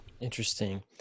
Interesting